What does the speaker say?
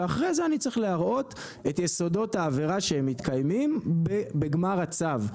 ואחרי זה אני צריך להראות את יסודות העבירה שמתקיימים בגמר הצו.